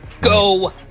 Go